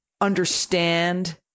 understand